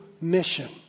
mission